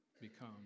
become